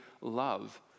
love